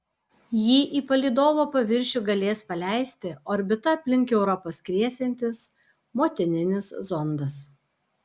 jį į palydovo paviršių galės paleisti orbita aplink europą skriesiantis motininis zondas